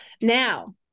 Now